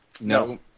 No